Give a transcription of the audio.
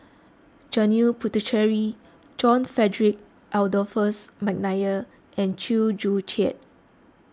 Janil Puthucheary John Frederick Adolphus McNair and Chew Joo Chiat